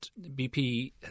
BP